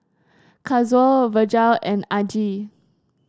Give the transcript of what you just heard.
Kazuo Virgel and Aggie